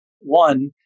One